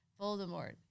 Voldemort